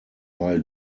while